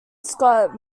scott